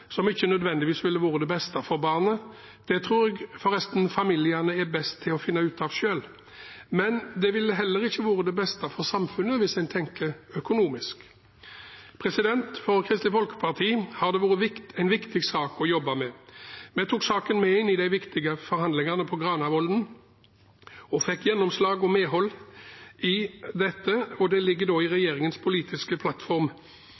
som ikke nødvendigvis ville vært det beste for barnet – det tror jeg forresten familiene er best til å finne ut av selv – men det ville heller ikke vært det beste for samfunnet, hvis en tenker økonomisk. For Kristelig Folkeparti har dette vært en viktig sak å jobbe med. Vi tok saken med inn i de viktige forhandlingene på Granavolden og fikk gjennomslag for og medhold i dette, og det ligger i regjeringens politiske plattform.